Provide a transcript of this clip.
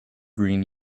green